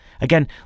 Again